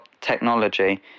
technology